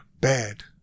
bad